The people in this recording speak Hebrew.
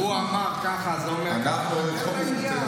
הוא אמר כך, זה אומר כך, דבר לעניין.